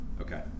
Okay